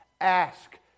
ask